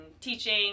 teaching